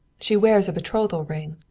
she wears a betrothal ring.